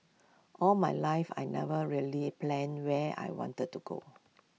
all my life I never really planned where I wanted to go